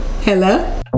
Hello